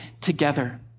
together